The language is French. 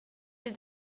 les